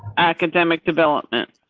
academic development.